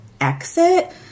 exit